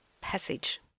passage